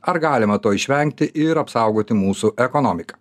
ar galima to išvengti ir apsaugoti mūsų ekonomiką